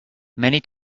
many